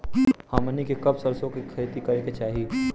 हमनी के कब सरसो क खेती करे के चाही?